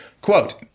quote